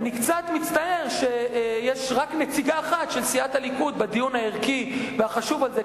אני קצת מצטער שיש רק נציגה אחת של סיעת הליכוד בדיון הערכי והחשוב הזה.